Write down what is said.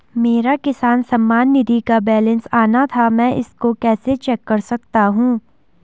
मेरा किसान सम्मान निधि का बैलेंस आना था मैं इसको कैसे चेक कर सकता हूँ?